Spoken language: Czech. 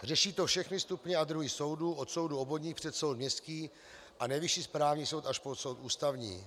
Řeší to všechny stupně a druhy soudů, od soudů obvodních přes soud městský a Nejvyšší správní soud až po soud Ústavní.